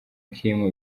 kim